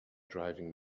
driving